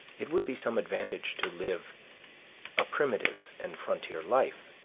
it would be some advantage to live a primitive and frontier life,